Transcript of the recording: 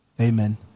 amen